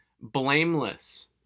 blameless